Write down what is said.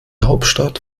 hauptstadt